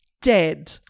dead